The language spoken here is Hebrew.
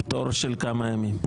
פטור של כמה ימים?